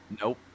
nope